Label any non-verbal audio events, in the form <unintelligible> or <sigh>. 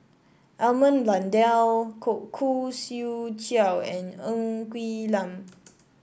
Edmund Blundell <unintelligible> Khoo Swee Chiow and Ng Quee Lam